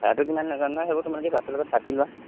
ভাৰাটো কিমান নাজানো নহয় সেইবোৰ তোমালোকে বাছৰ লগত পাতি লোৱা